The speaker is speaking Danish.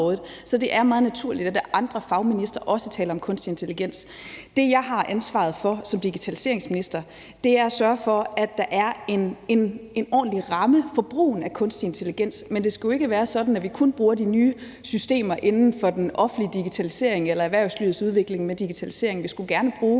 Så det er meget naturligt, at andre fagministre også taler om kunstig intelligens. Det, jeg har ansvaret for som digitaliseringsminister, er at sørge for, at der er en ordentlig ramme for brugen af kunstig intelligens, men det skulle jo ikke være sådan, at vi kun bruger de nye systemer inden for den offentlige digitalisering eller erhvervslivets udvikling med digitalisering. Vi skulle gerne bruge